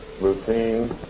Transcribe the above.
routine